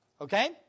Okay